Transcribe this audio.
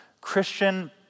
Christian